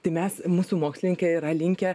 tai mes mūsų mokslininkai yra linkę